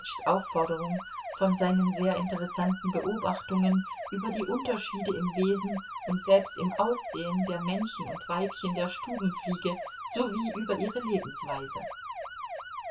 aufforderung von seinen sehr interessanten beobachtungen über die unterschiede im wesen und selbst im aussehen der männchen und weibchen der stubenfliege sowie über ihre lebensweise